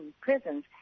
prisons